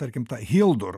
tarkim ta hildur